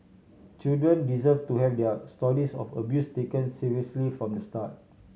children deserve to have their stories of abuse taken seriously from the start